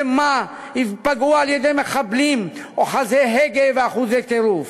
שמא ייפגעו על-ידי מחבלים אוחזי הגה ואחוזי טירוף.